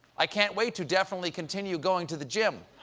i can't wait to definitely continue going to the gym